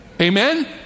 Amen